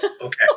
okay